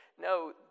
no